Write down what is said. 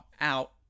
out